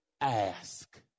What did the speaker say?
ASK